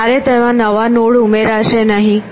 ક્યારે તેમાં નવા નોડ ઉમેરાશે નહીં